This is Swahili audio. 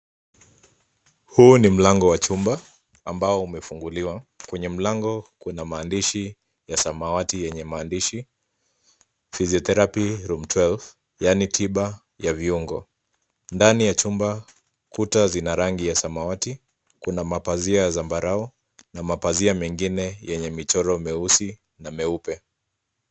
Huu ni mlango wa chumba, ambao umefunguliwa. Kwenye mlango, kuna maandishi ya samawati yenye maandishi, physiotherapy room twelve , yaani tiba ya viungo. Ndani ya chumba, kuta zina rangi ya samawati, kuna mapazia ya zambarau, na mapazia mengine yenye michoro meusi, na meupe.